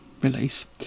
release